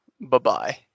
bye-bye